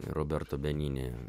roberto benini